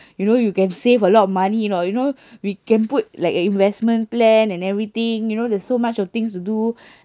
you know you can save a lot of money you know not you know we can put like a investment plan and everything you know there's so much of things to do